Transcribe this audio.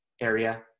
area